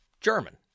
german